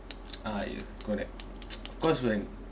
ah ya correct because when